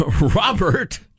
Robert